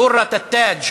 גולת הכותרת,